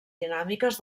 dinàmiques